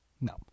No